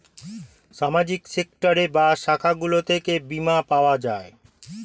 সামাজিক সেক্টর বা শাখাগুলো থেকে বীমা পাওয়া যায়